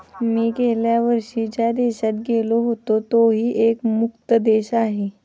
मी गेल्या वेळी ज्या देशात गेलो होतो तोही कर मुक्त देश होता